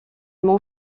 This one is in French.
mon